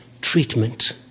Treatment